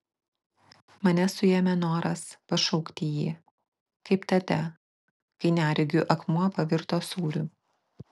mane suėmė noras pašaukti jį kaip tada kai neregiui akmuo pavirto sūriu